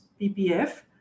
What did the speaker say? PPF